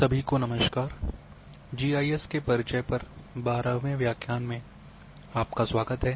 सभी को नमस्कार जीआईएस के परिचय पर 12 वें व्याख्यान में आपका स्वागत है